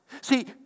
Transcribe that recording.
See